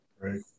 Right